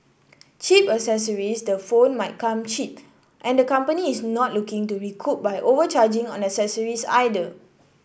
cheap accessories the phone might come cheap and the company is not looking to recoup by overcharging on accessories either